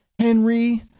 Henry